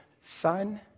son